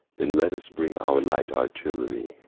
then let us bring our light artillery,